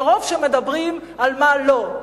מרוב שמדברים על מה לא.